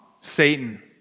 Satan